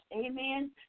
amen